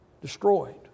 Destroyed